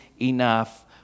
enough